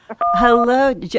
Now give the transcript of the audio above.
Hello